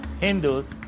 Hindus